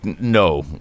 no